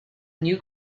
new